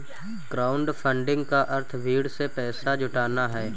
crowdfunding का अर्थ भीड़ से पैसा जुटाना है